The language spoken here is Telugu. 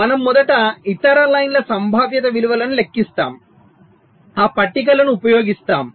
మనము మొదట ఇతర లైన్ల సంభావ్యత విలువలను లెక్కిస్తాము ఆ పట్టికలను ఉపయోగిస్తాము